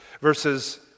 Verses